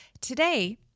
today